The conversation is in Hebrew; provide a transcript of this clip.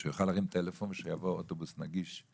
שהוא יוכל להרים טלפון ויבוא אליו אוטובוס נגיש,